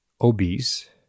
obese